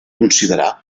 considerar